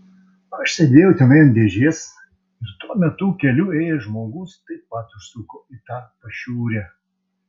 aš sėdėjau tenai ant dėžės ir tuo metu keliu ėjęs žmogus taip pat užsuko į tą pašiūrę